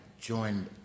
joined